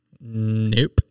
Nope